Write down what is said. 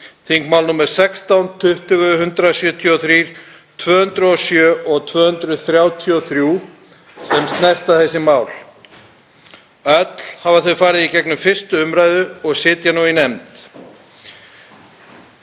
þingmál nr. 16, 20, 173, 207 og 233, sem snerta þessi mál. Öll hafa þau farið í gegnum fyrri og 1. umr. og sitja nú í nefnd.